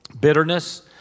bitterness